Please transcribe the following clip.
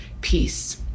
peace